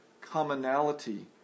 commonality